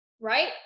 right